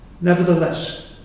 Nevertheless